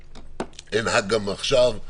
כך אנהג גם עכשיו.